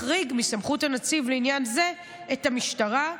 מחריג מסמכות הנציב לעניין זה את המשטרה,